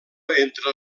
entre